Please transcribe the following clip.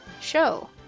show